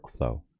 workflow